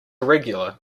regular